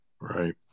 Right